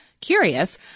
curious